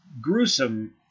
gruesome